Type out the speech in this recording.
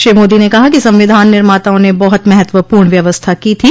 श्री मोदी ने कहा कि संविधान निर्माताओं ने बहुत महत्वपूर्ण व्यवस्था की थी